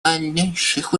дальнейших